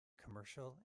commercial